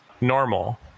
normal